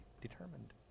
determined